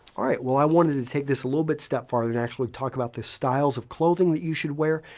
ah well, i wanted to take this a little bit step farther and actually talk about the styles of clothing that you should wear.